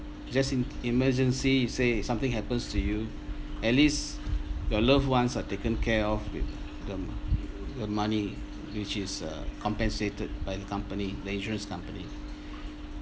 just in emergency say something happens to you at least your loved ones are taken care of with them the money which is uh compensated by the company the insurance company